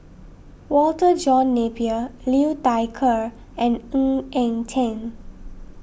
Walter John Napier Liu Thai Ker and Ng Eng Teng